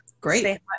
Great